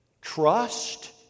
trust